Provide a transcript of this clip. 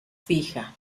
fija